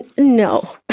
no.